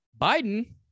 Biden